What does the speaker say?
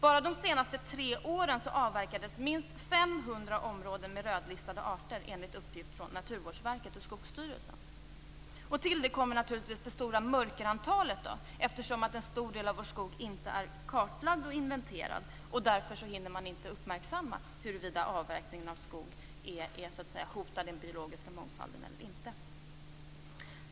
Bara under de senaste tre åren har, enligt uppgifter från Naturvårdsverket och Skogsstyrelsen, minst 500 områden med rödlistade arter avverkats. Till detta kommer naturligtvis ett stort mörkertal. En stor det av vår skog är varken kartlagd eller inventerad. Därför hinner man inte uppmärksamma huruvida avverkning av skog hotar den biologiska mångfalden eller inte.